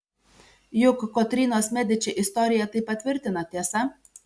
juk kotrynos mediči istorija tai patvirtina tiesa